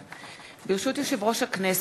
ברשות יושב-ראש הכנסת,